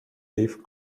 leaf